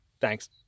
Thanks